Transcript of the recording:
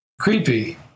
creepy